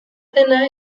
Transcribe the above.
dena